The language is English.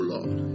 Lord